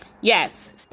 yes